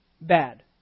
bad